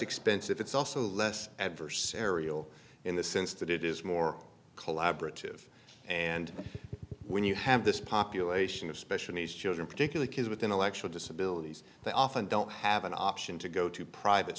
expensive it's also less adversarial in the sense that it is more collaborative and when you have this population of special needs children particularly kids with intellectual disabilities they often don't have an option to go to private